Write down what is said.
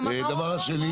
והדבר השני?